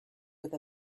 with